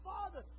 Father